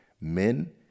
men